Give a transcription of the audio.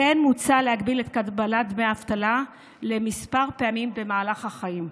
כמו כן מוצע להגביל את קבלת דמי האבטלה לפעמים אחדות במהלך החיים.